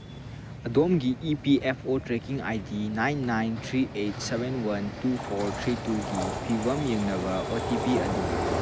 ꯑꯗꯣꯝꯒꯤ E P F O tracking I D nine nine three eight seven one two four three ꯇꯨꯒꯤ ꯐꯤꯕꯝ ꯌꯦꯡꯅꯕ O T P ꯑꯗꯨ